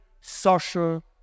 social